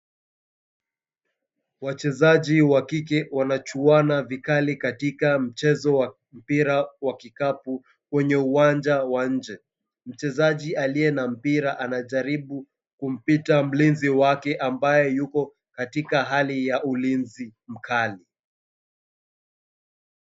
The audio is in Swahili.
Wachezaji wakike wanajuana vikali katika mchezo wa mpira wa kikapu kwenye uwanja wa inje. Mchezaji aliye na mpira anajaribu kumpita mlinzi wake ambaye yupo katika hali ya ulinzi mkali.